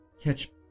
catch